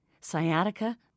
Sciatica